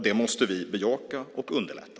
Det måste vi bejaka och underlätta.